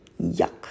Yuck